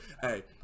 Hey